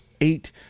eight